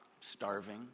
starving